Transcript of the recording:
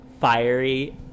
fiery